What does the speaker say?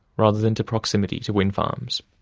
rather than to proximity to wind farms.